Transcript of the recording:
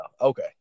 okay